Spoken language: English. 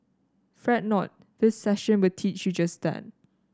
fret not this session will teach you just that